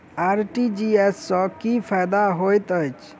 RTGS सँ की फायदा होइत अछि?